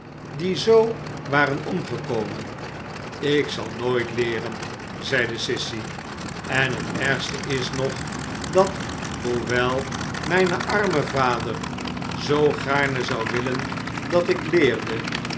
die zoo waren omgekomen ik zal nooit leeren zeide sissy en het ergste is nog dat hoewel mijne arme vader zoo gaarne zou willen dat ik leerde